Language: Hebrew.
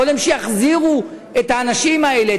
קודם שיחזירו את האנשים האלה,